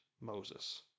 Moses